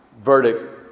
verdict